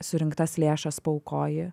surinktas lėšas paaukoji